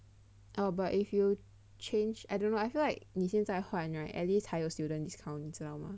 oh but if you change I don't know I feel like 你现在还 right at least 还有 student discount 你知道吗